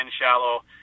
shallow